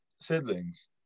siblings